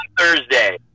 Thursday